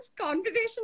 conversation